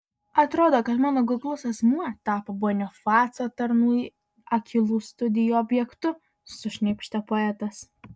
atrodo mano kuklus asmuo tapo bonifaco tarnų akylų studijų objektu sušnypštė poetas